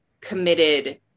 committed